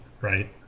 right